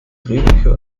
drehbücher